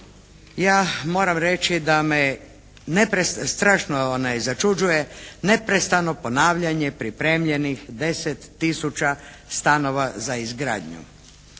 Ja moram reći da me strašno začuđuje neprestano ponavljanje pripremljenih deset tisuća stanova za izgradnju.